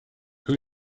who